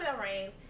rings